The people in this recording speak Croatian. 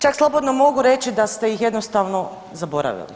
Čak slobodno mogu reći da ste ih jednostavno zaboravili.